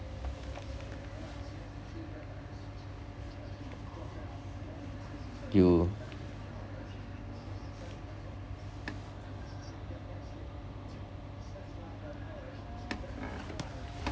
you